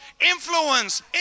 influence